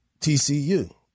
TCU